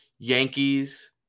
Yankees